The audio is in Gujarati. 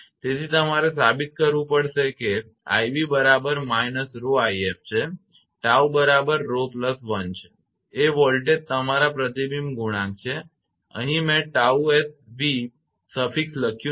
તેથી તમારે સાબિત કરવું પડશે કે 𝑖𝑏 બરાબર −𝜌𝑖𝑓 છે અને 𝜏 બરાબર 𝜌1 છે એ વોલ્ટેજ તમારા પ્રતિબિંબ ગુણાંક છે અહીં મેં 𝜏𝑣 v પ્રત્યય લખ્યું નથી